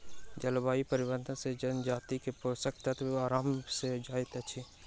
जलवायु परिवर्तन से जजाति के पोषक तत्वक अभाव भ जाइत अछि